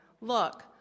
Look